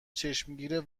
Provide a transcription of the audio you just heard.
چشمگیر